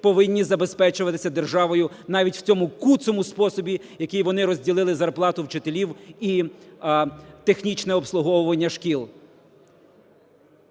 повинні забезпечуватися державою, навіть в цьому куцому способі, який вони розділили зарплату вчителів і технічне обслуговування шкіл.